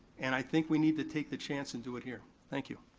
and i think we need to take the chance and do it here. thank you.